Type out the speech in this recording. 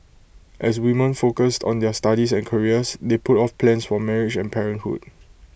as women focused on their studies and careers they put off plans for marriage and parenthood